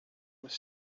was